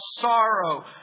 sorrow